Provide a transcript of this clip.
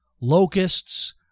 locusts